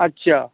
আচ্ছা